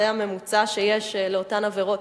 זה הממוצע באותן עבירות.